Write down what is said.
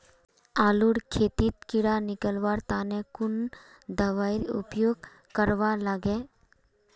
आलूर खेतीत कीड़ा निकलवार तने कुन दबाई उपयोग करवा लगे?